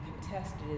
contested